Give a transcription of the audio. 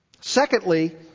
Secondly